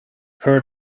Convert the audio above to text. her